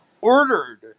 ordered